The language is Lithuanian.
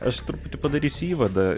aš truputį padarysiu įvadą